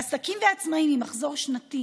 לעסקים ועצמאים עם מחזור שנתי